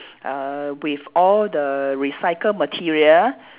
uh with all the recycled material